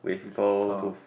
with pearl